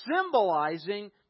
symbolizing